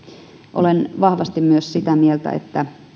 olen vahvasti myös sitä mieltä että